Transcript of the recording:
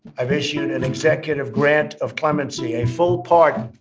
i've issued an executive grant of clemency, a full pardon,